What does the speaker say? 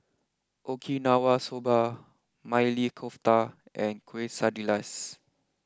Okinawa Soba Maili Kofta and Quesadillas